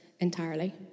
entirely